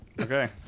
Okay